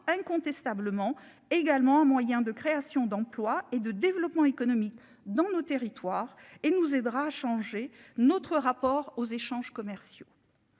incontestablement également moyen de création d'emplois et de développement économiques dans nos territoires et nous aidera à changer notre rapport aux échanges commerciaux.